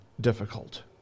difficult